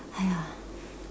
!aiya!